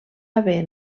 haver